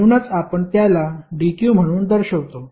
म्हणूनच आपण त्याला dq म्हणून दर्शवतो